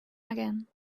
again